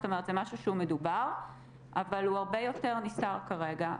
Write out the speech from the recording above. זאת אומרת זה משהו שהוא מדובר אבל הוא הרבה יותר נסתר כרגע.